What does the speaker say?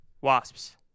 Wasps